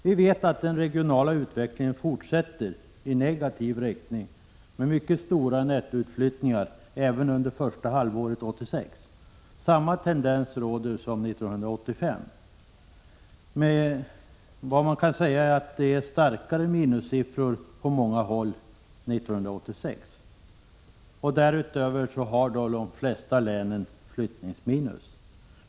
Vi vet att den regionala utvecklingen fortsätter i negativ riktning med mycket stora nettoutflyttningar även under första halvåret 1986. Samma tendens råder som 1985, men med än starkare minussiffror på många håll. De flesta län har flyttningsminus.